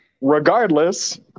regardless